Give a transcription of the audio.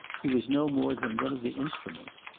he was no more than one of the instruments.